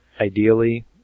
ideally